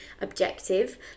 objective